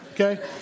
Okay